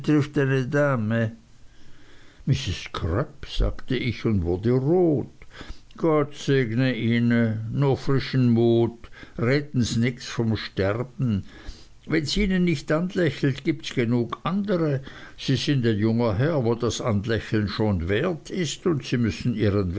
sagte ich und wurde rot gott segne ihna nur frischen mut reden s nix vom sterben wenns ihnen nicht anlächelt gibts genug andere sie sind ein junger herr wo das anlächeln schon wert is und sie müssens